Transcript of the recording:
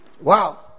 Wow